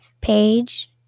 page